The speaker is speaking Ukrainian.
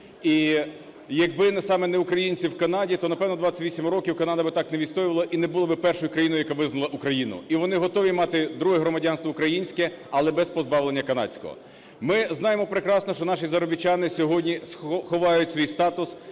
І якби саме не українці в Канаді, то, напевне, 28 років Канада би так не відстоювала і не була би першою країною, яка визнала Україну. І вони готові мати друге громадянство українське, але без позбавлення канадського. Ми знаємо прекрасно, що наші заробітчани сьогодні ховають свій статус